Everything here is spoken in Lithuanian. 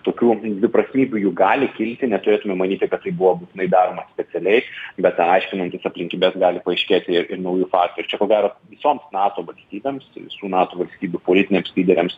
tokių dviprasmybių jų gali kilti neturėtume manyti kad tai buvo būtinai daroma specialiai bet aiškinantis aplinkybes gali paaiškėti ir ir naujų faktų ir čia ko gero visoms nato valstybėms visų nato valstybių politiniams lyderiams